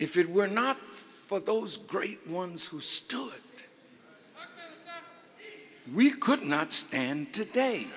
if it were not for those great ones who still we could not stand today